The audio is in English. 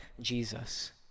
Jesus